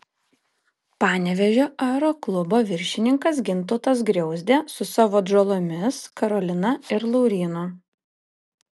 panevėžio aeroklubo viršininkas gintautas griauzdė su savo atžalomis karolina ir laurynu